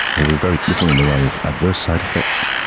there were very little in the way of adverse side-effects,